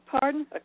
Pardon